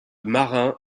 marin